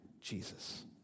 Jesus